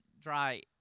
dry